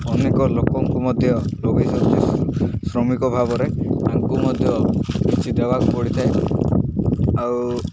ଅନେକ ଲୋକଙ୍କୁ ମଧ୍ୟ ଲଗାଇଛନ୍ତି ଶ୍ରମିକ ଭାବରେ ତାଙ୍କୁ ମଧ୍ୟ କିଛି ଦେବାକୁ ପଡ଼ିଥାଏ ଆଉ